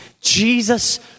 Jesus